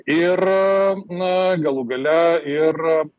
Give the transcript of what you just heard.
ir na galų gale ir